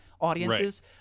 audiences